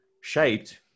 shaped